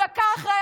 דקה אחרי,